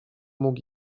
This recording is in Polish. mógł